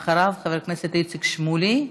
אחריו, חבר הכנסת איציק שמולי.